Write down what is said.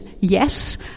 yes